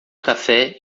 café